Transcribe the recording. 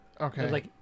Okay